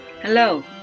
Hello